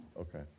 Okay